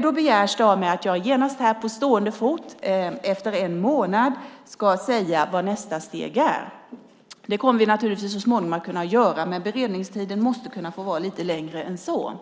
Nu begärs det av mig att jag genast på stående fot efter en månad ska säga vad nästa steg är. Det kommer vi naturligtvis så småningom att kunna göra, men beredningstiden måste kunna få vara lite längre än så.